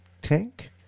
Tank